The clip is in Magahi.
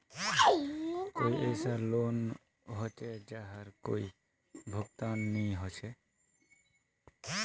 कोई ऐसा लोन होचे जहार कोई भुगतान नी छे?